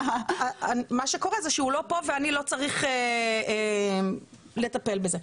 מה שקורה זה שהוא לא פה ואני לא צריך לטפל בזה.